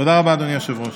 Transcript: תודה רבה, אדוני היושב-ראש.